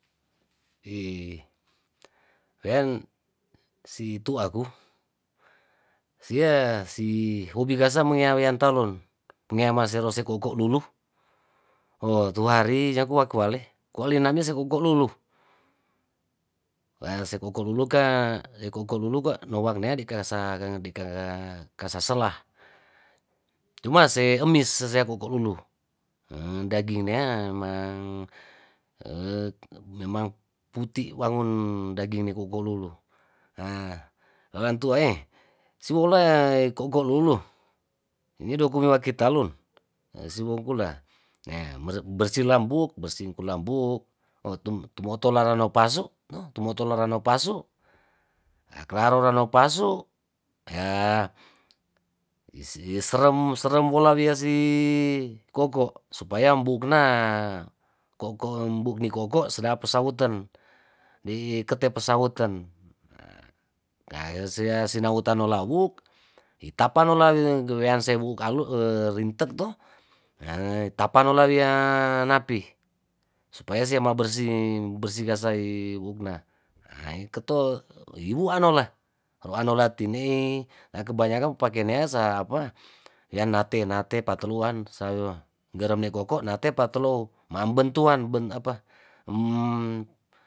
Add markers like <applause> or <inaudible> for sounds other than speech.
Hii wean situaku sia si hobikasa mongeawean talon pengeamase rose ko' ko' dulu ho tuhari jakuwakuale koawale name se ko' ko' dulu se ko' ko' duluka nowaknea dikadasa dikang kasa kasasela cuma se emis sesekea koko' lulu dagingnea mang <hesitation> memang puti wagon dagingne kokolulu haah orangtuae wilolai koko'lulu ini dokuwe waketalun ahh siwongkula nea bersih lambuk bersih ingku lambuk otumotola damo pasuk tumotola rano pasuk aa klaro rano pasuk yaa iserem serem wola wiasi koko' supaya mbogna koko' mbugni koko' sedap pesauten diikete pesauten kaesetan seuten no lawu' itapanolawean weanse woukalu rintek toh ehh tapanolawia napih supaya sema bersih bersih kasaiwukna haa ikete wiwuanole roanule tinei nakebanyakan pakeneas sa apa ya nate nate patoluan sa gerem ne ko'ko' nate patelou mambentuan <hesitation> apa.